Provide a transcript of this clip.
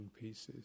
pieces